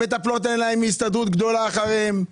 המטפלות, אין להן הסתדרות גדולה אחריהן,